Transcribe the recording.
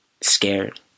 scared